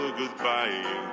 goodbye